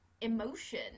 emotion